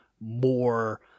more